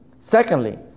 Secondly